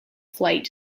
flight